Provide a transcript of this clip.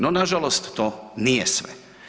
No nažalost to nije sve.